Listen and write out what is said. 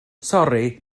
sori